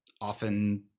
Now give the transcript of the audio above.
often